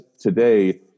today